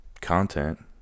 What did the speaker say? content